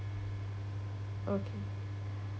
okay